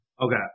Okay